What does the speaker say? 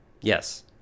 Yes